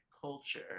culture